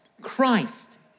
Christ